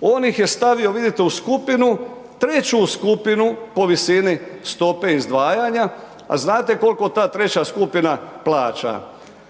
On ih je stavio, vidite, u skupinu, treću skupinu po visini stope izdvajanja, a znate koliko ta treća skupina plaća?